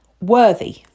Worthy